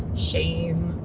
shame,